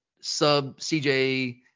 sub-CJ